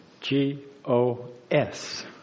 G-O-S